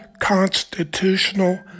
constitutional